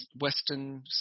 Western